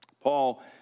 Paul